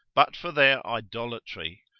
but for their idolatry,